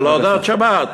זה לא דת, שבת?